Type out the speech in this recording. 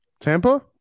Tampa